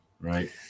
Right